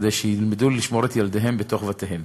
כדי שילמדו לשמור את ילדיהם בתוך בתיהם.